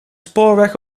spoorweg